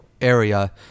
area